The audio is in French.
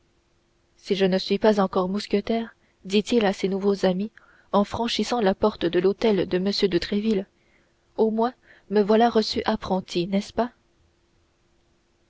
si je ne suis pas encore mousquetaire dit-il à ses nouveaux amis en franchissant la porte de l'hôtel de m de tréville au moins me voilà reçu apprenti n'est-ce pas